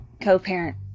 co-parent